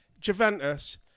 Juventus